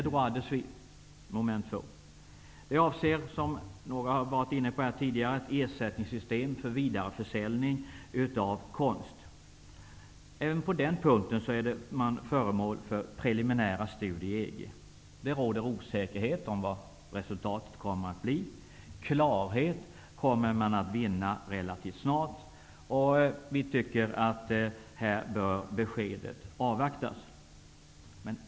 Det avser, som någon har varit inne på tidigare, ett ersättningssystem för vidareförsäljning av konst. Även på den punkten pågår preliminära studier inom EG. Det råder osäkerhet om vad resultatet kommer att bli. Klarhet kommer man att vinna relativt snart. Vi tycker att besked här bör avvaktas.